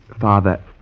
father